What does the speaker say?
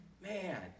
Man